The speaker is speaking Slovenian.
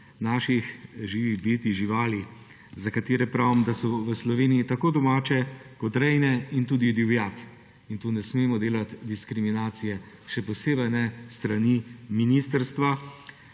naših živih bitij, živali, za katere pravim, da so v Sloveniji tako domače kot rejne in tudi divjad. Tu ne smemo delati diskriminacije, še posebej ne s strani ministrstva,